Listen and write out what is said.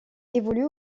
évolue